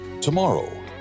Tomorrow